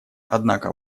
однако